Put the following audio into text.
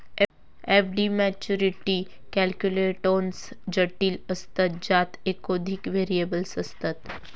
FD maturity कॅल्क्युलेटोन्स जटिल असतत ज्यात एकोधिक व्हेरिएबल्स असतत